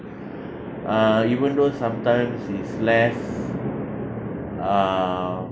uh even though sometimes is less uh